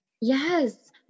Yes